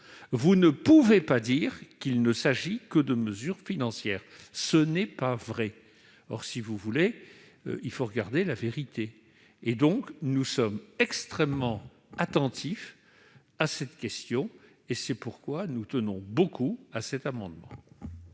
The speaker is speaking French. Vous ne pouvez pas dire qu'il ne s'agit que de mesures financières. Ce n'est pas vrai ! Il faut regarder la vérité ! Nous sommes extrêmement attentifs à cette question, et c'est pourquoi nous tenons beaucoup à cet amendement.